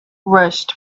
rushed